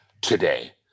today